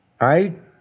right